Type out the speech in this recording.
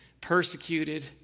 persecuted